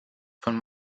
von